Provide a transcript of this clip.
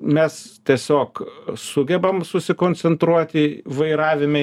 mes tiesiog sugebam susikoncentruoti vairavime